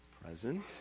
present